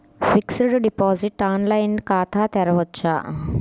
Fixed deposit online ఖాతా తెరువవచ్చా?